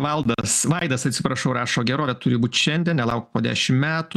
valdas vaidas atsiprašau rašo gerovė turi būt šiandien nelaukt po dešim metų